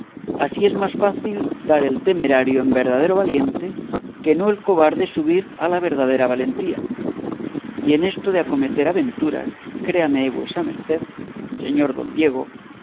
así es más fácil dar el temerario en verdadero valiente que no el cobarde subir a la verdadera valentía y en esto de acometer aventuras créame vuesa merced señor don diego